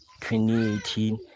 2018